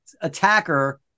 attacker